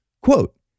Quote